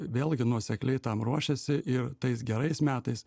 vėlgi nuosekliai tam ruošiasi ir tais gerais metais